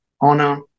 honor